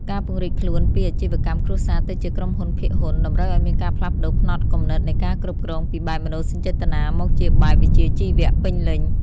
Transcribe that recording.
ការពង្រីកខ្លួនពីអាជីវកម្មគ្រួសារទៅជាក្រុមហ៊ុនភាគហ៊ុន តម្រូវឱ្យមានការផ្លាស់ប្តូរផ្នត់គំនិតនៃការគ្រប់គ្រងពីបែបមនោសញ្ចេតនាមកជាបែបវិជ្ជាជីវៈពេញលេញ។